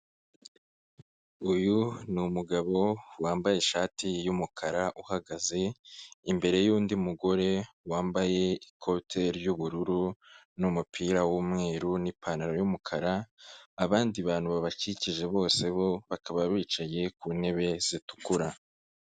Uyu ni umugabo wambaye ishati y'umukara uhagaze imbere y'undi mugore wambaye ikote ry'ubururu, n'umupira w'umweru n'ipantaro y'umukara, abandi bantu babakikije bose bo bakaba bicaye ku ntebe zitukura.